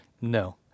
No